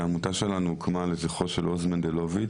העמותה שלנו הוקמה לזכרו של עוז מנדלוביץ',